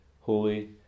Holy